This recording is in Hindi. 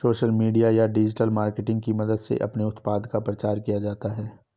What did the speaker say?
सोशल मीडिया या डिजिटल मार्केटिंग की मदद से अपने उत्पाद का प्रचार किया जाता है